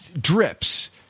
drips